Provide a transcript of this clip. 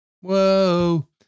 Whoa